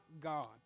God